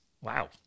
Wow